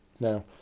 Now